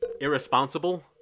irresponsible